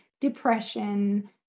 depression